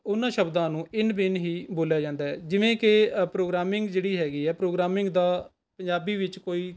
ਉਨ੍ਹਾਂ ਸ਼ਬਦਾਂ ਨੂੰ ਇੰਨ ਬਿੰਨ ਹੀ ਬੋਲਿਆ ਜਾਂਦਾ ਹੈ ਜਿਵੇਂ ਕਿ ਪ੍ਰੋਗਰਾਮਿੰਗ ਜਿਹੜੀ ਹੈਗੀ ਹੈ ਪ੍ਰੋਗਰਾਮਿੰਗ ਦਾ ਪੰਜਾਬੀ ਵਿੱਚ ਕੋਈ